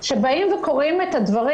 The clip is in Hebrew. אבל כשבאים וקוראים את הדברים,